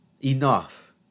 Enough